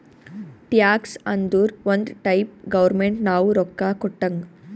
tax ಅಂದುರ್ ಒಂದ್ type government ನಾವು ರೊಕ್ಕಾ ಕೊಟ್ಟಂಗ್